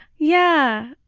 yeah,